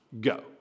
go